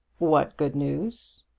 what good news?